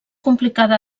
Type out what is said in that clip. complicada